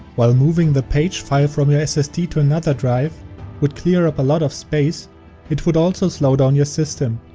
while moving the page file from your ssd to another drive would clear up a lot of space it would also slow down your system.